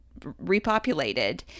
repopulated